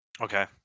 Okay